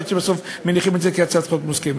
עד שבסוף מניחים את זה כהצעת חוק מוסכמת.